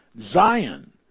Zion